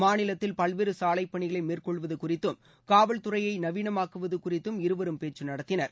மாநிலத்தில் பல்வேறு சாலைப் பணிகளை மேற்கொள்வது குறித்தும் காவல்துறையை நவீனமாக்குவது குறித்தும் இருவரும் பேச்சு நடத்தினர்